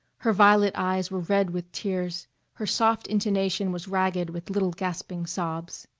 her violet eyes were red with tears her soft intonation was ragged with little gasping sobs.